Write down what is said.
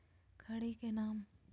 खड़ी के नाम?